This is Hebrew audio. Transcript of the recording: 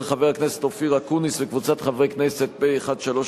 של חבר הכנסת אופיר אקוניס וקבוצת חברי הכנסת,